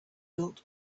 built